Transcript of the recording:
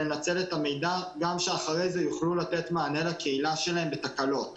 לנצל את המידע כדי שאחרי זה הם יוכלו ולתת מענה לתקלות בקהילה שלהם.